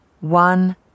one